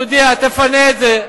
תודיע, תפנה את זה.